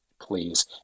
please